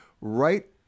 Right